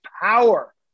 power